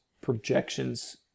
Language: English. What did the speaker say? projections